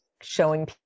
showing